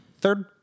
Third